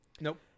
nope